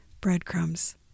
Breadcrumbs